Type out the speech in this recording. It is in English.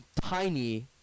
tiny